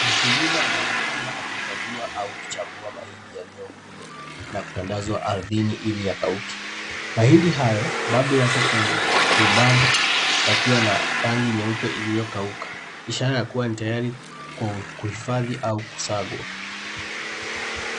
Mkulima anaonekana akikagua au kuchambua mahindi yaliyovunwa na kutandazwa ardhini ili yakauke. Mahindi hayo bado yako kwenye mibamba yakiwa na rangi yeupe iliyokauka, ishara ya kuwa ni tayari kwa uhifadhi au kusagwa.